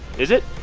is it?